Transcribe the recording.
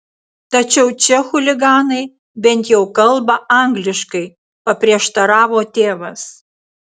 tačiau čia chuliganai bent jau kalba angliškai paprieštaravo tėvas